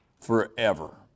forever